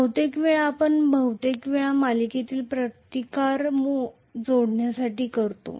बहुतेक वेळा आपण बहुतेक वेळा सिरीजत रेझिस्टन्स जोडण्यासाठी करतो